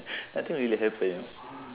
nothing really happen